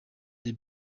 the